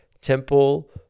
Temple